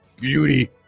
beauty